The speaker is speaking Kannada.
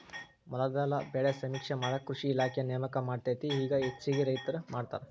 ಮೊದಲ ಬೆಳೆ ಸಮೇಕ್ಷೆ ಮಾಡಾಕ ಕೃಷಿ ಇಲಾಖೆ ನೇಮಕ ಮಾಡತ್ತಿತ್ತ ಇಗಾ ಹೆಚ್ಚಾಗಿ ರೈತ್ರ ಮಾಡತಾರ